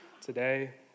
today